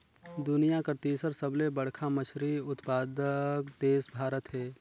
दुनिया कर तीसर सबले बड़खा मछली उत्पादक देश भारत हे